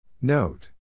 Note